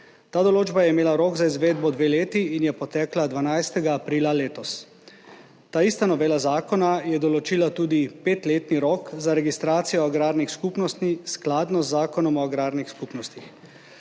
Ta določba je imela rok za izvedbo dve leti in je potekla 12. aprila letos. Ta ista novela zakona je določila tudi petletni rok za registracijo agrarnih skupnosti skladno z Zakonom o agrarnih skupnostih.